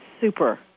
super